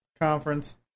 conference